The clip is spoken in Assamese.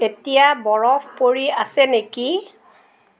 এতিয়া বৰফ পৰি আছে নেকি